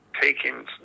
taking